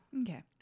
okay